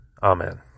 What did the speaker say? Amen